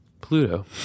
Pluto